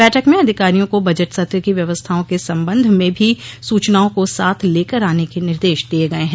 बैठक में अधिकारियों को बजट सत्र की व्यवस्थाओं के संबंध में भी सूचनाओं को साथ लेकर आने के निर्देश दिए गए हैं